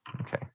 Okay